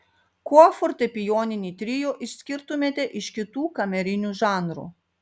kuo fortepijoninį trio išskirtumėte iš kitų kamerinių žanrų